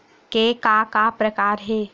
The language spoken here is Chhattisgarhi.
के का का प्रकार हे?